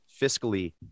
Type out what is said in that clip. fiscally